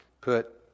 put